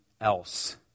else